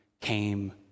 came